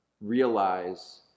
realize